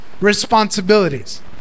responsibilities